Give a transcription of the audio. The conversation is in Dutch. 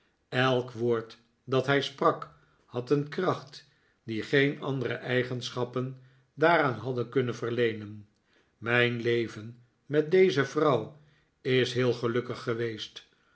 elk woord dat hij sprak had een kracht die geen andere eigenschappen daaraan hadden kunnen verleenen mijn leven met deze vrouw is heel gelukkig geweest